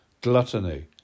gluttony